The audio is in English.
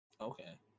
Okay